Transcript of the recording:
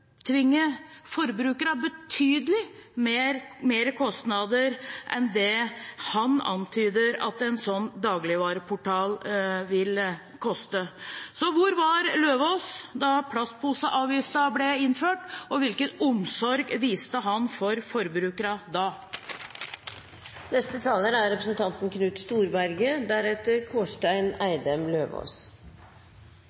betydelig mer kostnader enn det han antyder at en sånn dagligvareportal vil koste. Så hvor var Eidem Løvaas da plastposeavgiften ble innført, og hvilken omsorg viste han for forbrukerne da? Debatten nærmer seg slutten. Det er